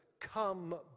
come